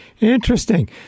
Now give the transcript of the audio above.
Interesting